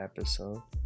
episode